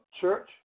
church